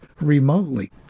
remotely